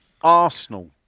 Arsenal